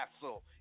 castle